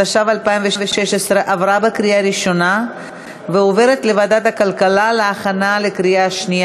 התשע"ו 2016, לוועדת הכלכלה נתקבלה.